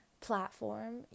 platform